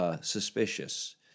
Suspicious